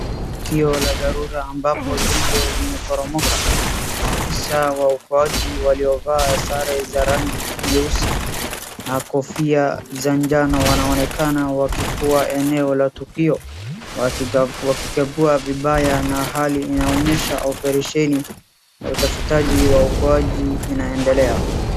Tukio la dharura ambapo jengo limeporomoka, maafisa wa uokoaji waliovaa sare za rangi nyeusi, na kofia za njano wanaonekana wakikua eneo la tukio, wakitambua vibaya na hali inaonyesha operation ya utafutaji wa waokoaji inaendelea.